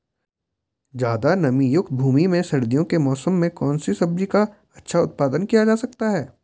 ज़्यादा नमीयुक्त भूमि में सर्दियों के मौसम में कौन सी सब्जी का अच्छा उत्पादन किया जा सकता है?